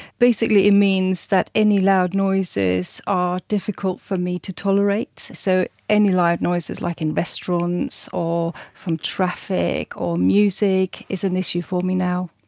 it means that any loud noises are difficult for me to tolerate, so any loud noises like in restaurants or from traffic or music is an issue for me now.